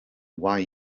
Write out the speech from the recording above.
why